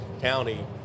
county